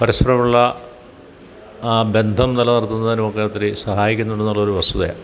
പരസ്പരമുള്ള ബന്ധം നിലനിര്ത്തുന്നതിനും ഒക്കെ ഒത്തിരി സഹായിക്കുന്നുണ്ടെന്നുള്ളൊരു വസ്തുതയാണ്